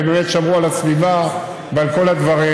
ובאמת שמרו על הסביבה ועל כל הדברים.